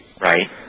Right